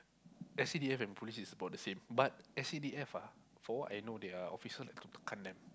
S_C_D_F is police is about the same but S_C_D_F ah from what I know their officer like to tekan them